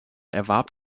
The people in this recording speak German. erwarb